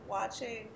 watching